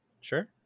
Sure